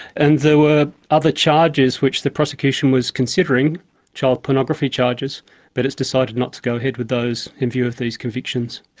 and there were other charges which the prosecution was considering child pornography charges but it's decided not to go ahead with those in view of these convictions.